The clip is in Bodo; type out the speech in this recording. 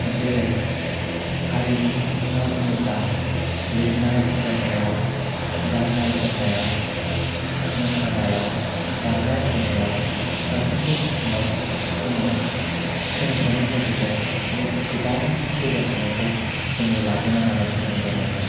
जेरै हारिमुनि बिथिङाव होनोब्ला लेरनाय फरायनायाव गाननाय जोमनायाव मोसानायाव दामनाय देनायाव फारफ्रोमबो बिथिङाव जोङो सोलोंथायनि गेजेरजों गोबां जौगासारनायखौ जोङो लाबोनो हानायखौ नुनो मोनदों